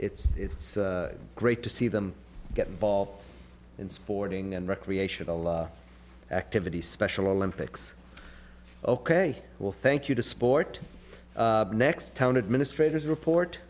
and it's great to see them get involved in sporting and recreational activities special olympics ok well thank you to sport next town administrators report